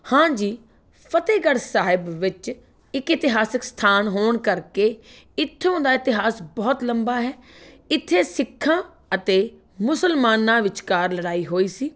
ਹਾਂਜੀ ਫਤਿਹਗੜ੍ਹ ਸਾਹਿਬ ਵਿੱਚ ਇੱਕ ਇਤਿਹਾਸਿਕ ਅਸਥਾਨ ਹੋਣ ਕਰਕੇ ਇੱਥੋਂ ਦਾ ਇਤਿਹਾਸ ਬਹੁਤ ਲੰਬਾ ਹੈ ਇੱਥੇ ਸਿੱਖਾਂ ਅਤੇ ਮੁਸਲਮਾਨਾਂ ਵਿਚਕਾਰ ਲੜਾਈ ਹੋਈ ਸੀ